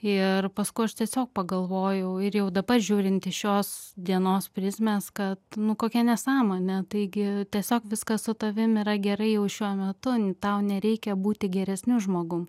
ir paskui aš tiesiog pagalvojau ir jau dabar žiūrint iš šios dienos prizmės kad nu kokia nesąmonė taigi tiesiog viskas su tavim yra gerai jau šiuo metu tau nereikia būti geresniu žmogum